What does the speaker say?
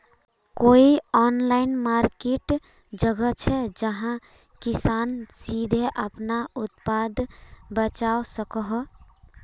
कोई online market जगह छे जहाँ किसान सीधे अपना उत्पाद बचवा सको हो?